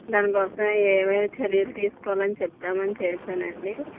దానికోసం ఏమేమి చర్యలు తీసుకోవాలని చెబుదామని చేసానండి